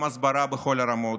הסברה בכל הרמות,